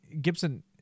Gibson